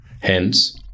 Hence